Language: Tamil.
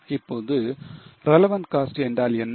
இப்போது relevant cost என்றால் என்ன